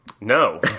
No